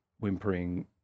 whimpering